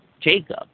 Jacob